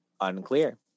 Unclear